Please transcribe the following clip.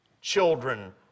children